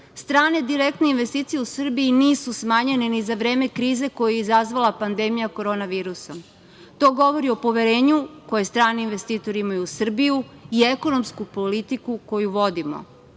direktne investicije u Srbiji nisu smanjene ni za vreme krize koju je izazvala pandemija korona virusom. To govori o poverenju koje strani investitori imaju u Srbiju i ekonomsku politiku koju vodimo.